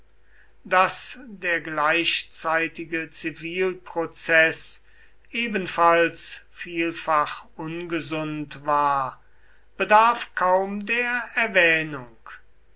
daß der gleichzeitige zivilprozeß ebenfalls vielfach ungesund war bedarf kaum der erwähnung